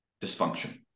dysfunction